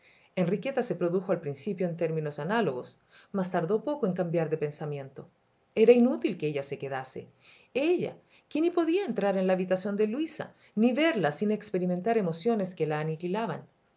enriqueta se produjo al principio en términos análogos mas tardó poco en cambiar de pensamiento era inútil que ella se quedase ella que n podía entrar en la habitación de luisa ni verla sin experimentar emociones que la aniquilaban